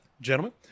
gentlemen